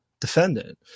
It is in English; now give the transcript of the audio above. defendant